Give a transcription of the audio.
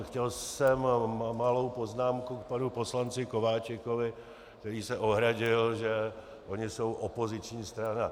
Chtěl jsem malou poznámku k panu poslanci Kováčikovi, který se ohradil, že oni jsou opoziční strana.